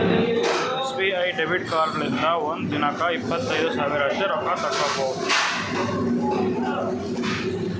SBI debit ಕಾರ್ಡ್ಲಿಂತ ಒಂದ್ ದಿನಕ್ಕ ಇಪ್ಪತ್ತೈದು ಸಾವಿರ ಅಷ್ಟೇ ರೊಕ್ಕಾ ತಕ್ಕೊಭೌದು